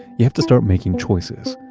you have to start making choices.